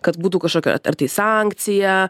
kad būtų kažkokia ar tai sankcija